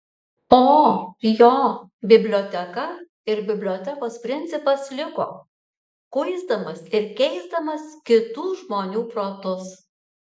o jo biblioteka ir bibliotekos principas liko kuisdamas ir keisdamas kitų žmonių protus